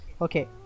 Okay